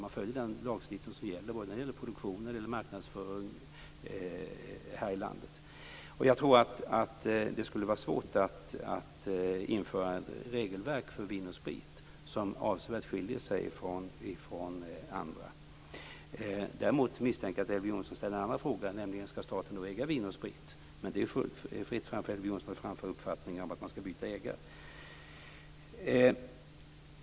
Man följer den lagstiftning som gäller både för produktion och för marknadsföring här i landet. Jag tror att det skulle vara svårt att införa ett regelverk för Vin & Sprit som avsevärt skiljer sig från det som gäller för andra. Däremot misstänker jag att Elver Jonsson också ställer en annan fråga, nämligen om staten skall äga Vin & Sprit, och det är fullt fritt för Elver Jonsson att framföra uppfattningar att man skall byta ägare.